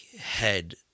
head